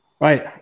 Right